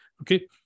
Okay